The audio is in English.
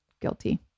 guilty